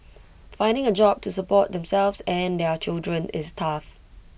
finding A job to support themselves and their children is tough